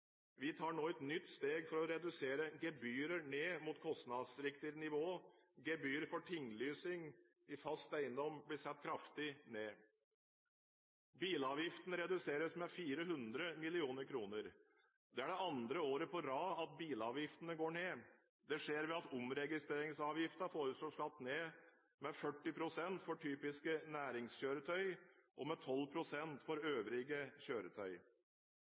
Vi tar nå et nytt steg for å redusere gebyrer ned mot kostnadsriktig nivå. Gebyrene for tinglysing i fast eiendom blir satt kraftig ned. Bilavgiftene reduseres med 400 mill. kr. Det er andre året på rad at bilavgiftene går ned. Dette skjer ved at omregistreringsavgiften foreslås satt ned med 40 pst. for typiske næringskjøretøy og med 12 pst. for øvrige kjøretøy.